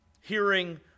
hearing